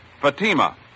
Fatima